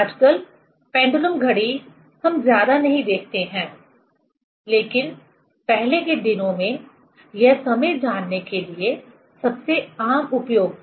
आजकल पेंडुलम घड़ी हम ज्यादा नहीं देखते हैं लेकिन पहले के दिनों में यह समय जानने के लिए सबसे आम उपयोग था